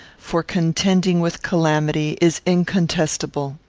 for contending with calamity, is incontestable.